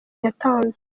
yatanze